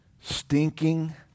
stinking